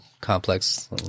complex